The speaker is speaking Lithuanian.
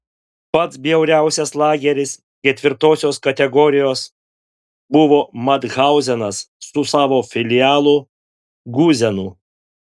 pats bjauriausias lageris ketvirtosios kategorijos buvo mathauzenas su savo filialu guzenu